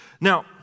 Now